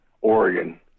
Oregon